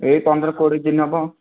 ଏହି ପନ୍ଦର କୋଡ଼ିଏ ଦିନ ହେବ